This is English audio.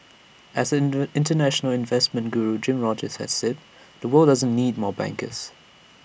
as inter International investment Guru Jim Rogers has said the world doesn't need more bankers